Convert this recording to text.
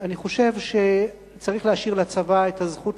אני חושב שצריך להשאיר לצבא את הזכות